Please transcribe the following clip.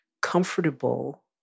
comfortable